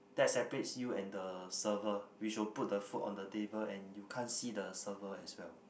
that separates you and the server which will put the food on the table and you can't see the server as well